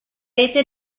rete